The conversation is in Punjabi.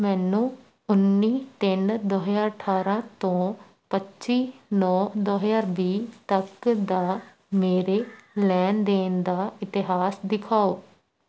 ਮੈਨੂੰ ਉੱਨੀ ਤਿੰਨ ਦੋ ਹਜ਼ਾਰ ਅਠਾਰ੍ਹਾਂ ਤੋਂ ਪੱਚੀ ਨੌਂ ਦੋ ਹਜ਼ਾਰ ਵੀਹ ਤੱਕ ਦਾ ਮੇਰੇ ਲੈਣ ਦੇਣ ਦਾ ਇਤਿਹਾਸ ਦਿਖਾਓ